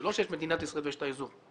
זה לא שיש מדינת ישראל ויש את האזור.